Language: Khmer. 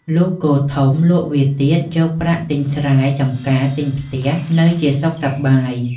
លុះគោធំលក់វាទៀតយកប្រាក់ទិញស្រែចំការទិញផ្ទះនៅជាសុខសប្បាយ។